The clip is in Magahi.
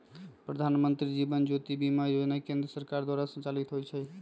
प्रधानमंत्री जीवन ज्योति बीमा जोजना केंद्र सरकार द्वारा संचालित होइ छइ